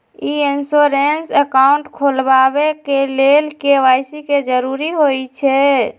ई insurance account खोलबाबे के लेल के.वाई.सी के जरूरी होइ छै